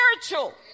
spiritual